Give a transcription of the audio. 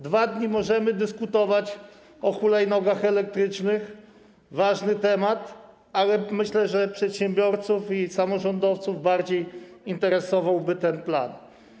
2 dni możemy dyskutować o hulajnogach elektrycznych, to ważny temat, ale myślę, że przedsiębiorców i samorządowców bardziej interesowałby ten plan.